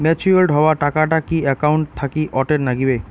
Matured হওয়া টাকাটা কি একাউন্ট থাকি অটের নাগিবে?